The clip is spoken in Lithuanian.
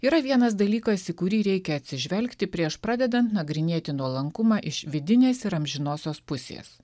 yra vienas dalykas į kurį reikia atsižvelgti prieš pradedant nagrinėti nuolankumą iš vidinės ir amžinosios pusės